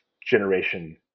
generation